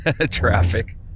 traffic